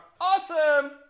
awesome